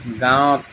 গাঁৱত